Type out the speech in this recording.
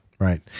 Right